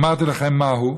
אמרתי לכם מהו,